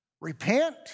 Repent